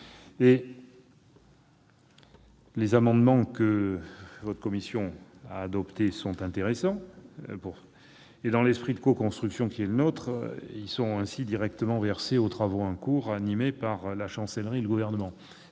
Les amendements adoptés par votre commission sont intéressants. Dans l'esprit de coconstruction qui est le nôtre, ils sont directement versés aux travaux en cours, animés par la Chancellerie et le Gouvernement.